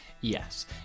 Yes